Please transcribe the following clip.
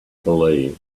believe